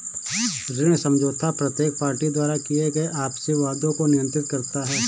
ऋण समझौता प्रत्येक पार्टी द्वारा किए गए आपसी वादों को नियंत्रित करता है